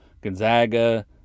Gonzaga